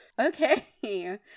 Okay